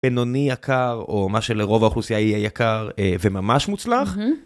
בינוני יקר או מה שלרוב האוכלוסיה יהיה יקר וממש מוצלח.